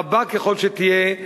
רבה ככל שתהיה,